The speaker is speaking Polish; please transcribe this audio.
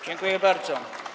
Dziękuję bardzo.